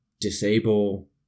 disable